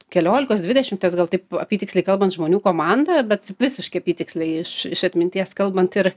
keliolikos dvidešimties gal taip apytiksliai kalbant žmonių komanda bet visiškai apytiksliai iš iš atminties kalbant ir